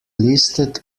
listed